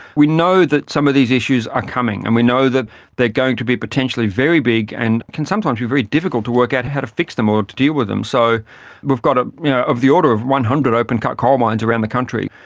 we know that some of these issues are coming and we know that they are going to be potentially very big and can sometimes be very difficult to work out how to fix them or to deal with them. so we've got ah of the order of one hundred open cut coal mines around the country.